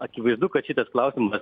akivaizdu kad šitas klausimas